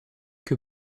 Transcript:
que